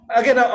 again